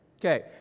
Okay